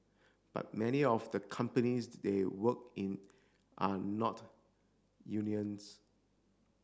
but many of the companies they work in are not